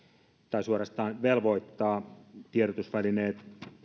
tai suorastaan velvoittaa tiedotusvälineet